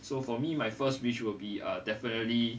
so for me my first wish will be a definitely